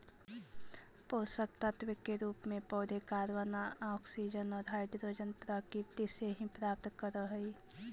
पोषकतत्व के रूप में पौधे कॉर्बन, ऑक्सीजन और हाइड्रोजन प्रकृति से ही प्राप्त करअ हई